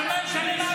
אבל מה זה משנה?